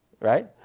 right